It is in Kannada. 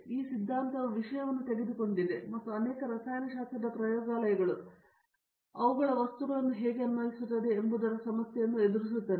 ಈ ಸಿದ್ಧಾಂತವು ವಿಷಯವನ್ನು ತೆಗೆದುಕೊಂಡಿದೆ ಮತ್ತು ಅನೇಕ ರಸಾಯನಶಾಸ್ತ್ರದ ಪ್ರಯೋಗಾಲಯಗಳು ಈಗ ಅವುಗಳ ವಸ್ತುಗಳನ್ನು ಹೇಗೆ ಅನ್ವಯಿಸುತ್ತವೆ ಎಂಬುದರ ಸಮಸ್ಯೆಯನ್ನು ಎದುರಿಸುತ್ತಿದೆ